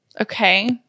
Okay